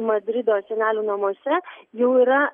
madrido senelių namuose jau yra